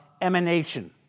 emanation